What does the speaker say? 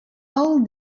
all